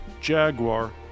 Jaguar